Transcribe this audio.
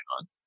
on